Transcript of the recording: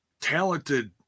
talented